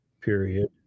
Period